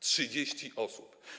30 osób.